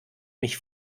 mich